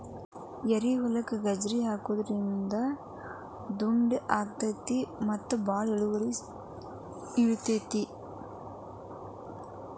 ಏರಿಹೊಲಕ್ಕ ಗಜ್ರಿ ಹಾಕುದ್ರಿಂದ ದುಂಡು ಅಕೈತಿ ಮತ್ತ ಬಾಳ ಇಳದು ಇಳಿತೈತಿ